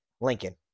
Lincoln